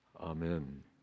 Amen